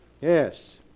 Yes